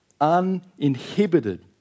Uninhibited